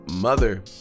mother